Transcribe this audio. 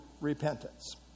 repentance